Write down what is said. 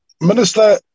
Minister